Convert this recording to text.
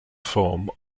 form